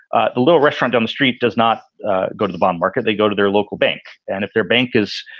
a little restaurant on the street does not go to the bond market. they go to their local bank. and if their bank is,